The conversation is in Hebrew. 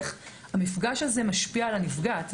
איך המפגש הזה משפיע על הנפגעת.